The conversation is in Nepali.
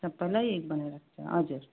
सबैलाई एक बनाएर राख्छ हजुर